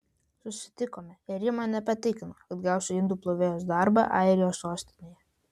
susitikome ir ji mane patikino kad gausiu indų plovėjos darbą airijos sostinėje